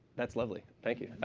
that's lovely. thank you.